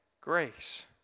grace